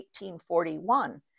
1841